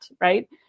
Right